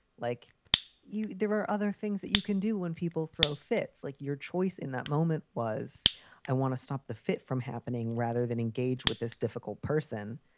like you? there are other things that you can do when people throw fits. like your choice in that moment was i want to stop the fit from happening rather than engage with this difficult person.